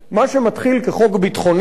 מה שמתחיל כחוק ביטחוני,